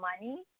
money